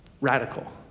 radical